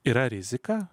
yra rizika